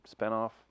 spinoff